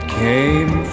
came